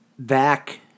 Back